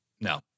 no